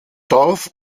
dorf